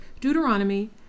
Deuteronomy